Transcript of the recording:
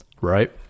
right